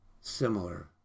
similar